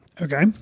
Okay